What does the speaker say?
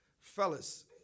fellas